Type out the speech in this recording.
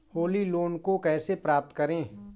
Holi loan को कैसे प्राप्त करें?